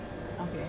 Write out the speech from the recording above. okay